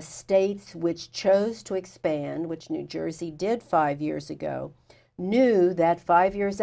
states which chose to expand which new jersey did five years ago new that five years